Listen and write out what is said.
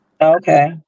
okay